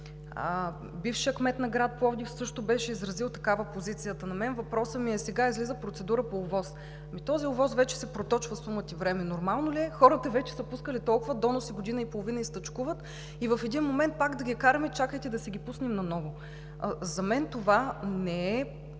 Бившият кмет на град Пловдив също беше изразил такава позиция. На мен въпросът ми е: сега излиза процедура по ОВОС, но се проточва вече сума ти време, нормално ли е – хората са пускали толкова доноси – година и половина, и стачкуват и в един момент пак да ги караме: „Чакайте, да си ги пуснем наново!“ За мен това не е